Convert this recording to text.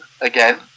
again